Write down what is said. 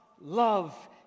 love